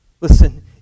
Listen